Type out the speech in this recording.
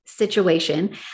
situation